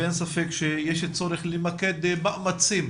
ואין ספק שיש צורך למקד מאמצים